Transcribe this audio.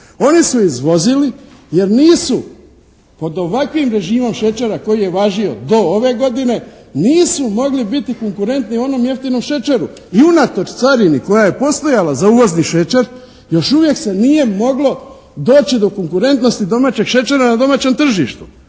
Oni su izvozili jer nisu pod ovakvim režimo šećera koji je važio do ove godine, nisu mogli biti konkurentni onom jeftinom šećeru. I unatoč carini koja je postojala za uvozni šećer još uvijek se nije moglo doći do konkurentnosti domaćeg šećera na domaće tržištu.